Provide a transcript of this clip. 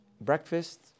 breakfast